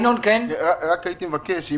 ינון, בבקשה.